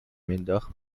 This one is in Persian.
مینداخت